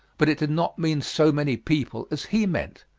but it did not mean so many people as he meant.